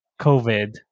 COVID